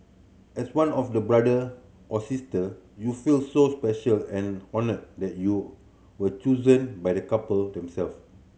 as one of the Brother or Sister you feel so special and honoured that you were chosen by the couple them self